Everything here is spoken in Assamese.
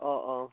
অঁ অঁ